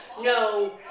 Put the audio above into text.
no